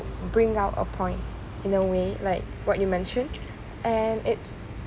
bring out a point in a way like what you mentioned and it's